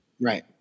right